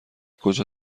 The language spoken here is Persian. کجا